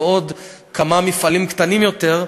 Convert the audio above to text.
ועוד כמה מפעלים קטנים יותר,